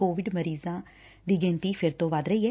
Covid ਮਰੀਜ਼ਾਂ ਦੀ ਗਿਣਤੀ ਫਿਰ ਤੋਂ ਵੱਧ ਰਹੀ ਐ